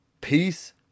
Peace